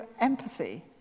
empathy